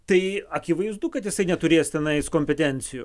tai akivaizdu kad jisai neturės tenais kompetencijų